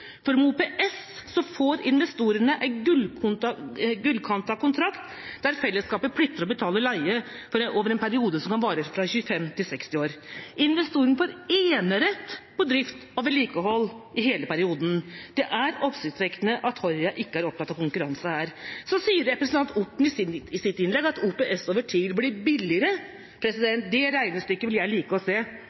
For med OPS får investorene en gullkantet kontrakt der fellesskapet plikter å betale leie over en periode som kan vare 25–60 år. Investorene får enerett på drift og vedlikehold i hele perioden. Det er oppsiktsvekkende at Høyre ikke er opptatt av konkurranse her. Representanten Helge Orten sier i sitt innlegg at OPS over tid vil bli billigere. Det regnestykket skulle jeg like å se.